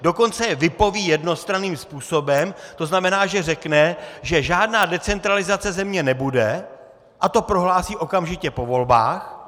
Dokonce je vypoví jednostranným způsobem, řekne, že žádná decentralizace země nebude, a to prohlásí okamžitě po volbách.